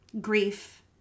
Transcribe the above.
grief